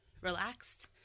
relaxed